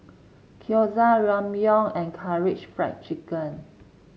Gyoza Ramyeon and Karaage Fried Chicken